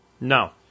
No